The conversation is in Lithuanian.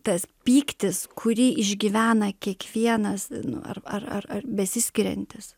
tas pyktis kurį išgyvena kiekvienas ar ar ar ar besiskiriantis